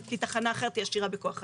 כי תחנה אחרת עשירה בכוח אדם.